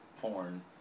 porn